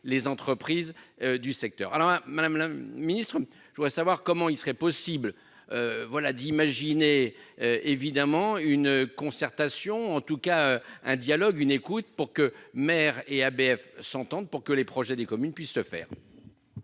les entreprises du secteur. Alors Madame la Ministre. Je voudrais savoir comment il serait possible. Voilà d'imaginer. Évidemment une concertation en tout cas un dialogue une écoute pour que mère et ABF s'entendent pour que les projets des communes puisse se faire.